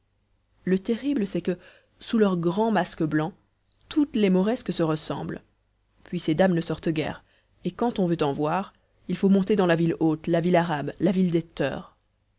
le terrible c'est que sous leurs grands masques blancs toutes les mauresques se ressemblent puis ces dames ne sortent guère et quand on veut en voir il faut monter dans la ville haute la ville arabe la ville des teurs